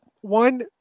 one